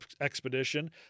Expedition